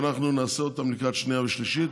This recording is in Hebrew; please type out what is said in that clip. ואנחנו נעשה אותם לקראת הקריאה השנייה והשלישית.